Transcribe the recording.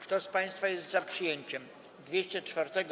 Kto z państwa jest za przyjęciem 204.